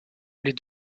les